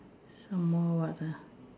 some more what ah